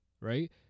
Right